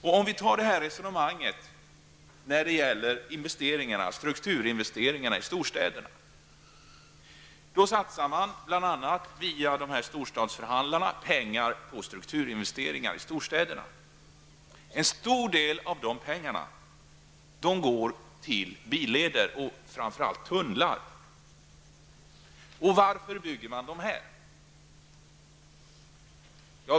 Ta t.ex. resonemanget när det gäller strukturinvesteringar i storstäderna. Man satsar, bl.a. via storstadsförhandlarna, pengar på strukturinvesteringar i storstäderna. En stor del av dessa pengar går till billeder, framför allt tunnlar. Varför bygger man dem?